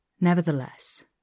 Nevertheless